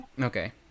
Okay